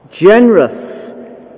generous